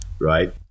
right